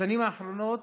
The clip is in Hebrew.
בשנים האחרונות